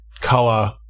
color-